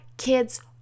Kids